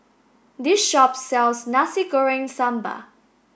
this shop sells Nasi Goreng Sambal